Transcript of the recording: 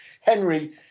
Henry